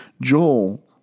Joel